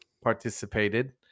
participated